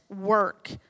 work